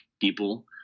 people